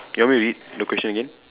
you want me read the question again